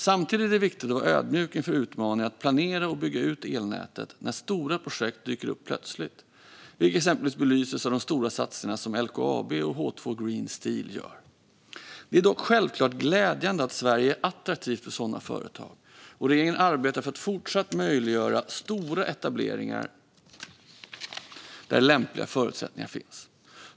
Samtidigt är det viktigt att vara ödmjuk inför utmaningen att planera och bygga ut elnätet när stora projekt plötsligt dyker upp, vilket exempelvis belyses av de stora satsningar som LKAB och H2 Green Steel gör. Det är dock självklart glädjande att Sverige är attraktivt för sådana företag, och regeringen arbetar för att fortsätta möjliggöra stora etableringar där lämpliga förutsättningar finns.